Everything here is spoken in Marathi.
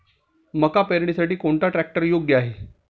मका पेरणीसाठी कोणता ट्रॅक्टर योग्य आहे?